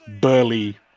burly